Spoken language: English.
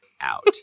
out